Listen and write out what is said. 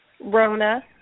Rona